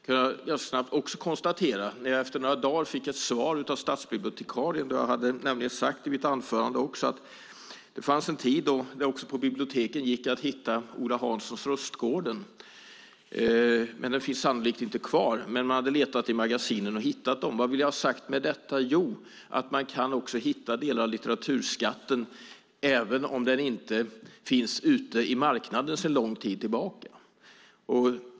Jag kunde också konstatera detta när jag efter några dagar fick ett svar av stadsbibliotekarien. Jag hade nämligen sagt i mitt anförande att det fanns en tid då det på biblioteken gick att hitta Ola Hanssons Rustgården men att den sannolikt inte fanns kvar. Men man hade letat i magasinen och hittat den. Vad vill jag ha sagt med detta? Jo, man kan hitta delar av litteraturskatten även om den inte finns ute i marknaden sedan lång tid tillbaka.